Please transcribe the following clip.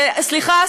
סליחה,